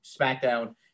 SmackDown